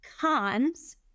cons